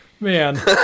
Man